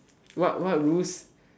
what what rules